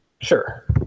Sure